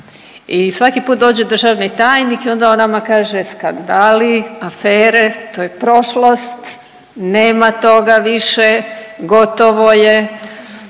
i svaki put dođe državni tajnik i onda on nama kaže skandali, afere, to je prošlost, nema toga više, gotovo je,